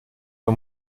der